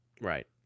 Right